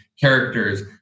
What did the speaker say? characters